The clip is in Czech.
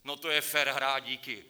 No to je fér hra, díky!